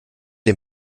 dem